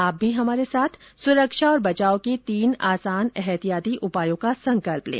आप भी हमारे साथ सुरक्षा और बचाव के तीन आसान एहतियाती उपायों का संकल्प लें